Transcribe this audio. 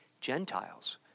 Gentiles